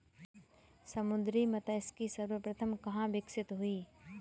समुद्री मत्स्यिकी सर्वप्रथम कहां विकसित हुई?